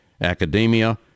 academia